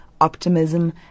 optimism